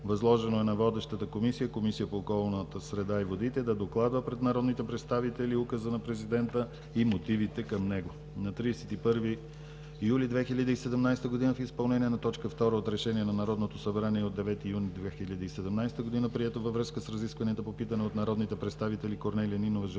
Възложено е на водещата Комисия по околната среда и водите да докладва пред народните представители Указа на президента и мотивите към него. На 31 юли 2017 г. в изпълнение на т. 2 от Решение на Народното събрание от 9 юни 2017 г., прието във връзка с разискванията по питане от народните представители Корнелия Нинова, Жельо